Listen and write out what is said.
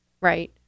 right